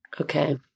Okay